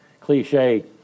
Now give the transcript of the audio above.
cliche